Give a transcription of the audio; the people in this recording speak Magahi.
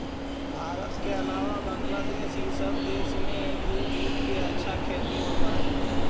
भारत के अलावा बंग्लादेश इ सब देश में भी जूट के अच्छा खेती होवऽ हई